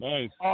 Nice